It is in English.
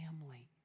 family